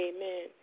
Amen